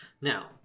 Now